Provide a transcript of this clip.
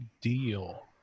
deal